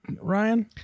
ryan